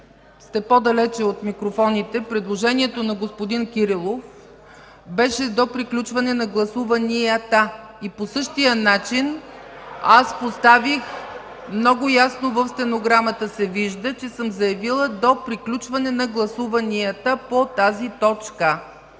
сте по-далеч от микрофоните, предложението на господин Кирилов беше до приключване на гласуванията. По същия начин аз поставих, много ясно в стенограмата се вижда, че съм заявила „до приключване на гласуванията по тази точка”.